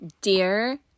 Dear